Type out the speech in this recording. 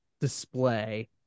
display